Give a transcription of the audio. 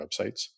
websites